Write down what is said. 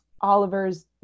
Oliver's